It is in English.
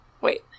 Wait